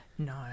No